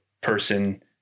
person